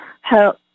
help